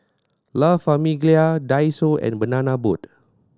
La Famiglia Daiso and Banana Boat